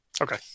Okay